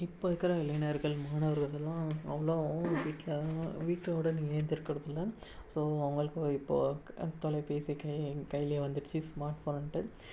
இப்போ இருக்கிற இளைஞர்கள் மாணவர்கள் எல்லாம் அவங்கள்லாம் அவங்க வீட்டில் வீட்டோட நீ ஸோ அவங்களுக்கு இப்போ க தொலைபேசி கை கையில வந்திருச்சு ஸ்மார்ட் ஃபோனுன்டு